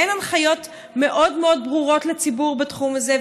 אין הנחיות מאוד מאוד ברורות לציבור בתחום הזה,